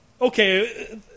okay